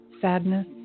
sadness